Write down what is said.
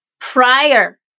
Prior